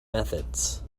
methods